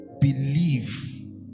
believe